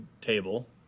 table